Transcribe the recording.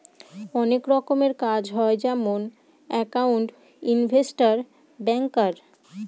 অনেক রকমের কাজ হয় যেমন একাউন্ট, ইনভেস্টর, ব্যাঙ্কার